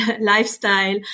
lifestyle